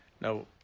now